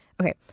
Okay